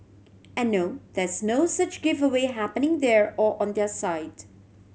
and no there is no such giveaway happening there or on their site